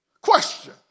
Question